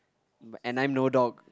and I know dog